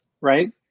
right